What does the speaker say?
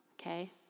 Okay